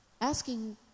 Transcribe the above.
Asking